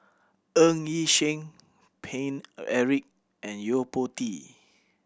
Ng Yi Sheng Paine Eric and Yo Po Tee